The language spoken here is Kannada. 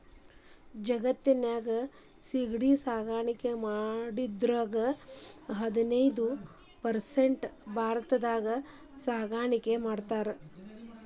ಜಗತ್ತಿನ್ಯಾಗ ಸಿಗಡಿ ಸಾಕಾಣಿಕೆ ಮಾಡೋದ್ರಾಗ ಹದಿನೈದ್ ಪರ್ಸೆಂಟ್ ಭಾರತದಾಗ ಸಾಕಾಣಿಕೆ ಮಾಡ್ತಾರ